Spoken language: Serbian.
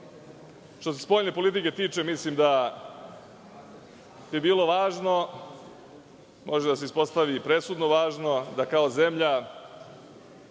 se spoljne politike tiče, mislim da bi bilo važno, može da se ispostavi i presudno važno, da kao zemlja